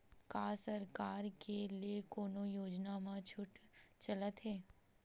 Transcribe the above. का सरकार के ले कोनो योजना म छुट चलत हे?